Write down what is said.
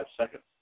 seconds